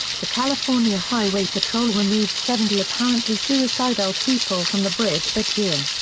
the california highway patrol removed seventy apparently suicidal people from the bridge that year.